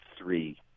three